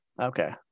Okay